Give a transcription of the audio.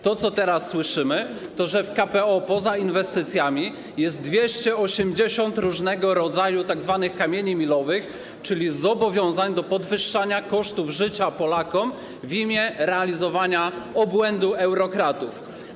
Teraz słyszymy, że w KPO poza inwestycjami jest 280 różnego rodzaju tzw. kamieni milowych, czyli zobowiązań do podwyższania kosztów życia Polakom w imię realizowania obłędu eurokratów.